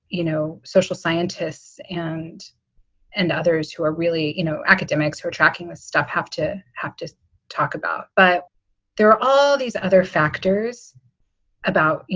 you know, social scientists and and others who are really, you know, academics who are tracking this stuff have to have to talk about. but there are all these other factors about, you